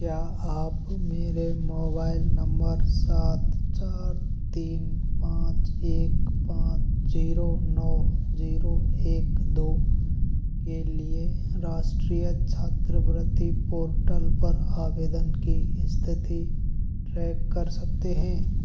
क्या आप मेरे मोबाइल नंबर सात चार तीन पाँच एक पाँच जीरो नौ जीरो एक दो के लिए राष्ट्रीय छात्रवृत्ति पोर्टल पर आवेदन की स्थिति ट्रैक कर सकते हैं